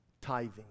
Tithing